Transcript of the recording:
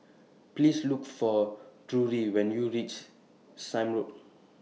Please Look For Drury when YOU REACH Sime Road